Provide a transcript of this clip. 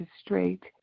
straight